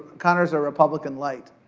conner's a republican-lite.